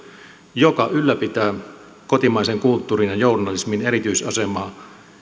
joka ylläpitää kotimaisen kulttuurin ja journalismin erityisasemaa